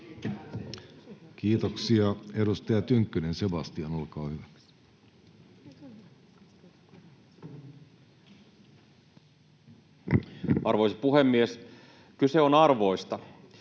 Kiitoksia. — Edustaja Tynkkynen, Sebastian, olkaa hyvä. Arvoisa puhemies! ”Kyse on arvoista.”